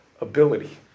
ability